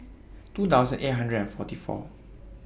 two thousand eight hundred and forty four